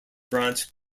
branch